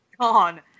gone